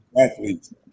Athletes